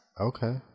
Okay